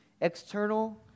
external